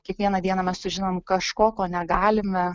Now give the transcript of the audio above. kiekvieną dieną mes sužinom kažko ko negalime